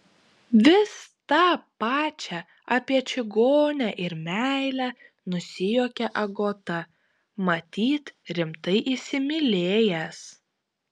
vis tą pačią apie čigonę ir meilę nusijuokė agota matyt rimtai įsimylėjęs